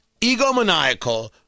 egomaniacal